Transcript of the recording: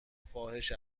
فاحش